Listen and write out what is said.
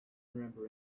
remember